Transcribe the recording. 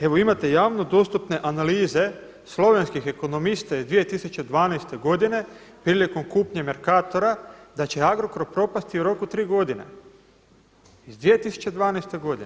Evo imate javno dostupne analize slovenskih ekonomista iz 2012. godine prilikom kupnje Mercatora da će Agrokor propasti u roku 3 godine, iz 2012. godine.